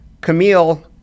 Camille